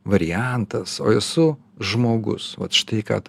variantas o esu žmogus vat štai kad